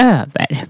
över